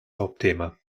hauptthema